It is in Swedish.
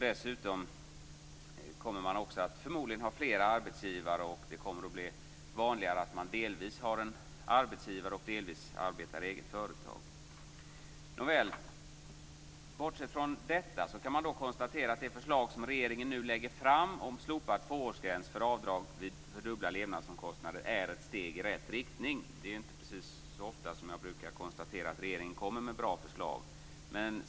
Dessutom kommer många att ha flera arbetsgivare, och det kommer att bli vanligare med att många delvis arbetar för en arbetsgivare och delvis arbetar i ett eget företag. Nåväl. Bortsett från detta, kan vi konstatera att det förslag som regeringen nu lägger fram om slopad tvåårsgräns för avdrag vid fördubblade levnadsomkostnader är ett steg i rätt riktning. Det är inte så ofta jag brukar konstatera att regeringen kommer med ett bra förslag.